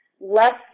less